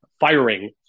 firing